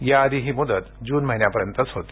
या आधी ही मुदत जून महिन्यापर्यंतच होती